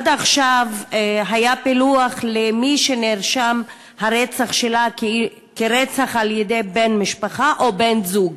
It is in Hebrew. עד עכשיו היה פילוח למי שנרשם הרצח שלה כרצח בידי בן משפחה או בן-זוג,